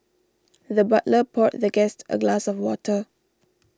the butler poured the guest a glass of water